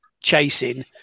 chasing